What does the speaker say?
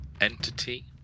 entity